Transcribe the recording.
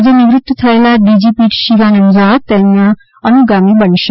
આજે નિવૃત થયેલા ડીજીપી શિવાનંદ ઝા ના તેઓ અનુગામી બનશે